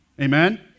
Amen